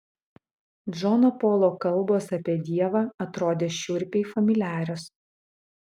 džono polo kalbos apie dievą atrodė šiurpiai familiarios